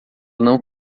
não